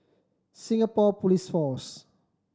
Singapore Police Force